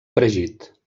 fregit